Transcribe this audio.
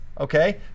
Okay